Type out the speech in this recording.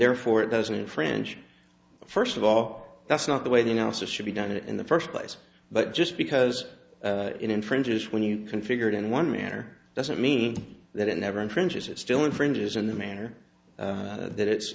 therefore it doesn't infringe first of all that's not the way the analysis should be done in the first place but just because it infringes when you configured in one manner doesn't mean that it never infringes it still infringes in the manner that it's